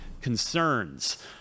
concerns